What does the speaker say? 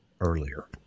earlier